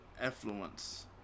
affluence